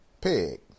Pig